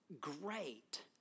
great